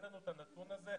אין לנו את הנתון הזה.